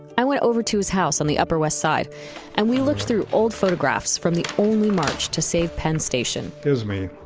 i went over to his house on the upper west side and we looked through old photographs from the only march to save penn station this is me.